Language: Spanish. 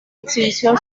exhibición